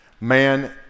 Man